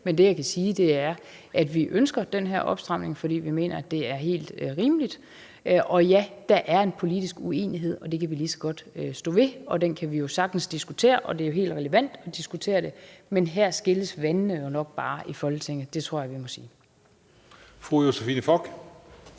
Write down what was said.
Men det, jeg kan sige, er, at vi ønsker den her opstramning, fordi vi mener, det er helt rimeligt. Og ja, der er en politisk uenighed, og det kan vi lige så godt stå ved, og den kan vi jo sagtens diskutere, og det er helt relevant at diskutere det, men her skilles vandene nok bare i Folketinget; det tror jeg vi må sige. Kl.